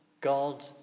God